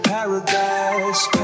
Paradise